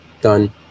done